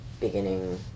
beginning